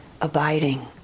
abiding